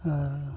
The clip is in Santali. ᱟᱨ